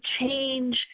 change